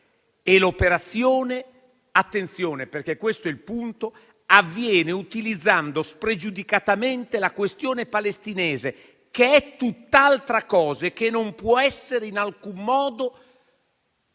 e l'operazione - attenzione perché questo è il punto - avviene utilizzando spregiudicatamente la questione palestinese che è tutta altra cosa e che non può essere in alcun modo